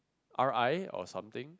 RI or something